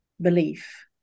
belief